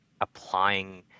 applying